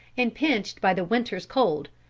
and pinched by the winter's cold,